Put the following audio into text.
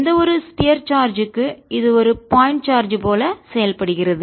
எந்தவொரு sphere charge க்கு இது ஒரு பாயிண்ட் சார்ஜ் போல செயல்படுகிறது